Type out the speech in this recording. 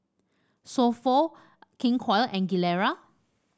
So Pho King Koil and Gilera